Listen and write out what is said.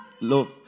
love